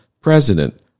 President